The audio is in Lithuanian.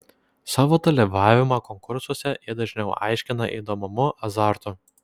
savo dalyvavimą konkursuose jie dažniau aiškina įdomumu azartu